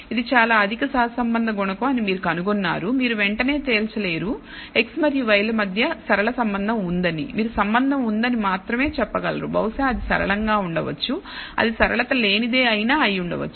ఇది చాలా అధిక సహసంబంధ గుణకం అని మీరు కనుగొన్నారు మీరు వెంటనే తేల్చలేరు x మరియు y ల మధ్య సరళ సంబంధం ఉందని మీరు సంబంధం ఉందని మాత్రమే చెప్పగలరు బహుశా అది సరళంగా ఉండవచ్చు అది సరళత లేనిదే అయినా అయి ఉండవచ్చు